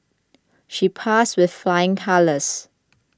she passed with flying colours